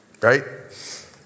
Right